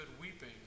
weeping